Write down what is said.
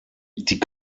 die